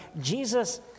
Jesus